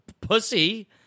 pussy